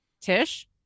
Tish